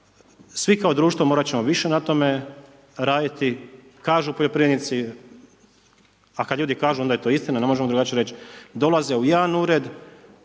svi kao društvo morati ćemo više na tome raditi kažu poljoprivrednici a kad ljudi kažu onda je to istina, ne možemo drugačije reć, dolaze u jedan ured,